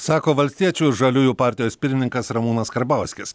sako valstiečių ir žaliųjų partijos pirmininkas ramūnas karbauskis